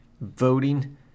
voting